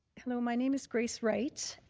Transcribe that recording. hello, my name is grace wright.